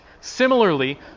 similarly